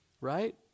Right